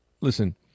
listen